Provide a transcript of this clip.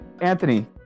Anthony